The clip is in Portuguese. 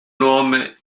nome